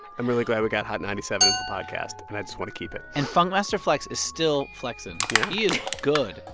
i'm really glad we got hot ninety seven in the podcast, and i just want to keep it and funkmaster flex is still flexing yeah he is good.